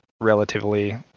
relatively